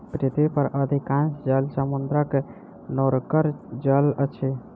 पृथ्वी पर अधिकांश जल समुद्रक नोनगर जल अछि